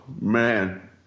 man